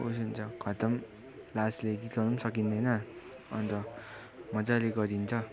उइस हुन्छ खत्तम लाजले गीत गाउनु पनि सकिँदैन अन्त मज्जाले गरिन्छ